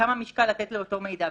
וכמה משקל לתת לאותו מידע.